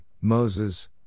Moses